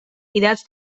idatz